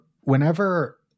whenever